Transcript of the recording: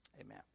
Amen